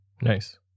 Nice